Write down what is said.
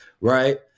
Right